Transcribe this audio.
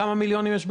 מיליונים יש באנגליה?